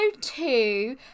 two